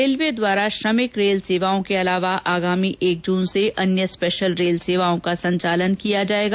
railway द्वारा श्रमिक special rail सेवाओं के अलावा आगामी एक जून से अन्य स्पेशल रेल सेवाओं का संचालन किया जाएगा